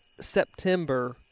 September